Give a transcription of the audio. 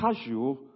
casual